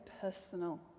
personal